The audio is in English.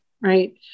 Right